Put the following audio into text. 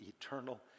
eternal